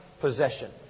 possession